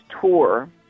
tour